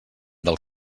del